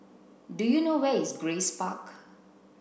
do you know where is Grace Park